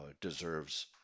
deserves